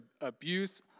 abuse